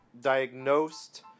diagnosed